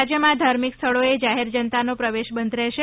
રાજયમાં ધાર્મિક સ્થળોએ જાહેર જનતાનો પ્રવેશ બંધ રહેશે